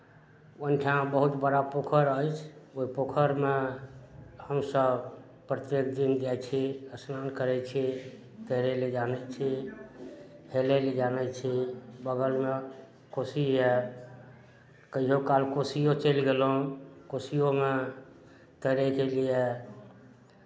ओहि ठाम बहुत बड़ा पोखिर अछि ओहि पोखरिमे हमसब प्रत्येक दिन जाइ छी स्नान करै छी तैरय लेल जानै छी हेलय लेल जानै छी बगलमे कोशी यए कहिओ काल कोशिओ चलि गेलहुँ कोशिओमे तैरयके लिए